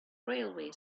railway